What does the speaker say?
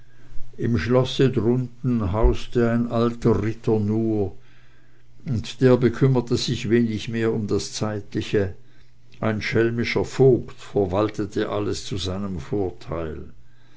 im schlosse drunten hauste ein alter ritter nur und der bekümmerte sich wenig mehr ums zeitliche ein schelmischer vogt verwaltete alles zu seinem vorteil